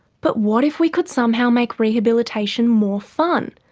but what if we could somehow make rehabilitation more fun,